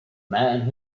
man